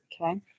okay